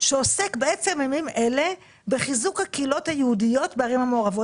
שעוסק בעצם ימים אלה בחיזוק הקהילות היהודיות בערים המעורבות.